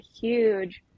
huge